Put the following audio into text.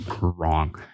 wrong